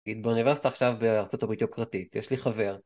התבונבסת עכשיו בארצות הברית היוקרתית, יש לי חבר.